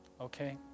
Okay